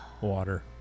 Water